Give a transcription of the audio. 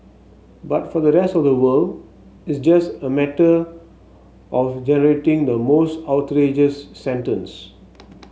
but for the rest of the world it's just a matter of generating the most outrageous sentence